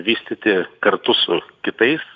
vystyti kartu su kitais